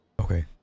Okay